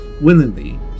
willingly